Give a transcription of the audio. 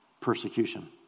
persecution